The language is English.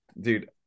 dude